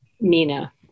Mina